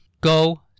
go